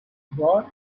brought